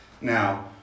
Now